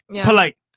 polite